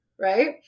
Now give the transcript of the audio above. right